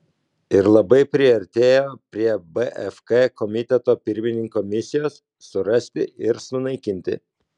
ir labai priartėjo prie bfk komiteto pirmininko misijos surasti ir sunaikinti